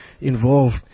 involved